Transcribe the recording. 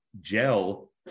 gel